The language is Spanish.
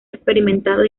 experimentado